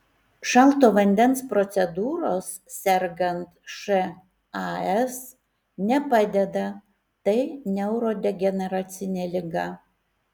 šalto vandens procedūros sergant šas nepadeda tai neurodegeneracinė liga